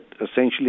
essentially